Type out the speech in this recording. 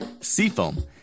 Seafoam